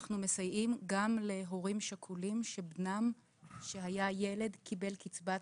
אנחנו מסייעים גם להורים שכולים שבנם שהיה ילד קיבל קצבת